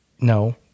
no